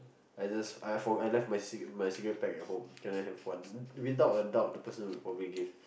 I just I for I left my cigarette my cigarette pack at home can I have one without a doubt the person would probably give